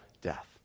death